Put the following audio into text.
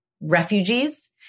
refugees